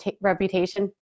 reputation